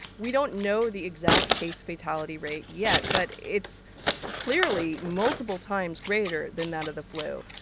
we don't know the exact case fatality rate yet, but it's clearly multiple times greater than that of the flu.